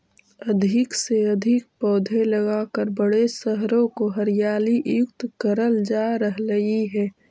अधिक से अधिक पौधे लगाकर बड़े शहरों को हरियाली युक्त करल जा रहलइ हे